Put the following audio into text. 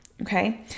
Okay